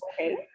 Okay